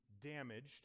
damaged